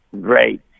great